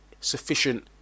sufficient